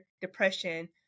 depression